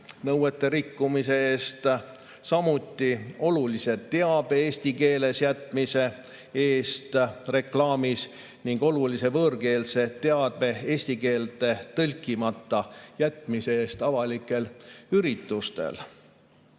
nõuete rikkumise eest, samuti olulise teabe eesti keeles [esitamata] jätmise eest reklaamis ning olulise võõrkeelse teabe eesti keelde tõlkimata jätmise eest avalikel üritustel.